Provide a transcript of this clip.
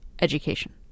education